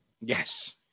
Yes